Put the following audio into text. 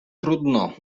trudno